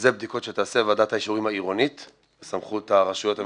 אלו בדיקות שתעשה ועדת האישורים העירונית בסמכות הרשויות המקומיות.